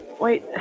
Wait